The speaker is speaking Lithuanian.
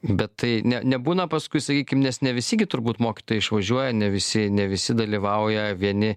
bet tai ne nebūna paskui sakykim nes ne visi gi turbūt mokytojai išvažiuoja ne visi ne visi dalyvauja vieni